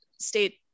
state